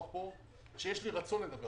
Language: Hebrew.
חשוב לי להסביר מה נעשה.